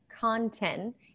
content